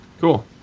cool